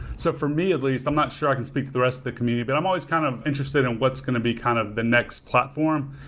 so for me, at least, i'm not sure i can speak to the rest of the community, but i'm always kind of interested in what's going to be kind of the next platform.